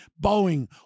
Boeing